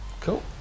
Cool